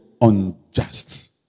unjust